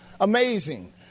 Amazing